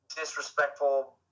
disrespectful